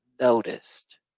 noticed